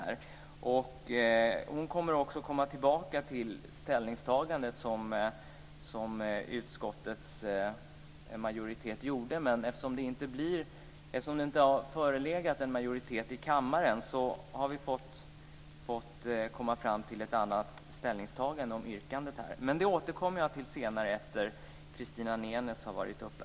Hon återkommer också till det ställningstagande som utskottets majoritet har kommit fram till, men eftersom det inte föreligger någon majoritet i kammaren har vi gjort ett annat yrkande. Men det återkommer jag till senare, efter Christina Nenes anförande.